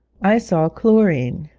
i saw chlorine,